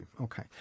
Okay